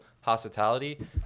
hospitality